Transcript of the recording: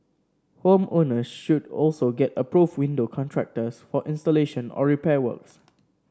home owners should also get approved window contractors for installation or repair works